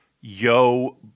Yo